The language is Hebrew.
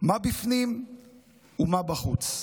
מה בפנים ומה בחוץ.